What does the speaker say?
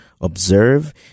observe